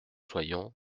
soyons